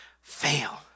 fail